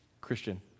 Christian